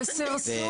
ואת יודעת --- וסרסור.